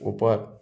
ऊपर